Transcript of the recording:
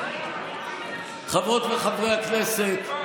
חברות וחברי הכנסת,